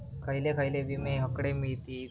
खयले खयले विमे हकडे मिळतीत?